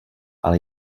ale